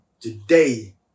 Today